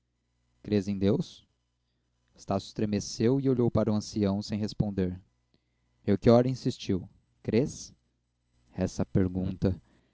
crês em deus estácio estremeceu e olhou para o ancião sem responder melchior insistiu crês essa pergunta